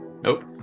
Nope